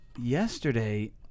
Yesterday